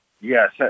Yes